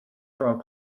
from